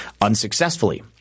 unsuccessfully